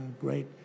great